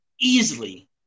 Easily